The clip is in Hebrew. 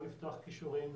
לא לפתוח קישורים,